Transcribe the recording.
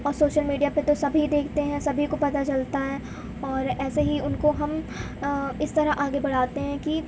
اور social media پہ تو سبھی دیکھتے ہیں سبھی کو پتہ چلتا ہے اور ایسے ہی ان کو ہم اس طرح آگے بڑھاتے ہیں کہ